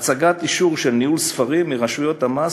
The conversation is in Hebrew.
הצגת אישור של ניהול ספרים מרשויות המס